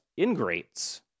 ingrates